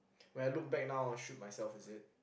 when I look back now I shook at myself is it